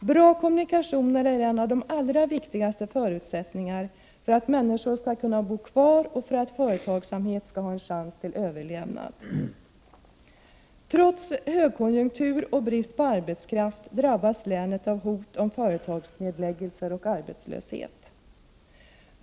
Bra kommunikationer är en av de allra viktigaste förutsättningarna för att människor skall kunna bo kvar och för att företagsamhet skall ha en chans till överlevnad. Trots högkonjunktur och brist på arbetskraft drabbas länet av hot om företagsnedläggelser och arbetslöshet.